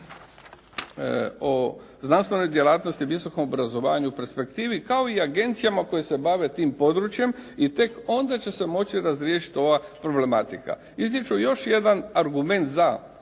o znanstvenoj djelatnosti, visokom obrazovanju i perspektivi kao i agencijama koje se bave tim područjem i tek onda će se moći razriješiti ova problematika. Iznijeti ću još jedan argument za